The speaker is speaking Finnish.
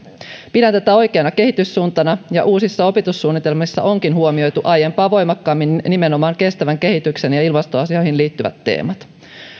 pidän tätä oikeana kehityssuuntana ja uusissa opetussuunnitelmissa onkin huomioitu aiempaa voimakkaammin nimenomaan kestävään kehitykseen ja ilmastoasioihin liittyvät teemat